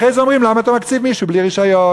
ואחרי זה אומרים: למה אתה מתקצב מישהו בלי רישיון?